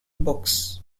books